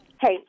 Hey